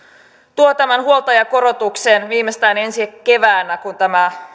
tuo tämän huoltajakorotuksen viimeistään ensi keväänä kun